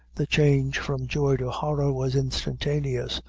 the change from joy to horror was instantaneous,